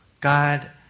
God